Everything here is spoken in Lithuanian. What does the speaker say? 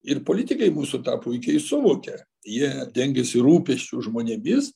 ir politikai mūsų tą puikiai suvokia jie dengiasi rūpesčiu žmonėmis